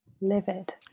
Livid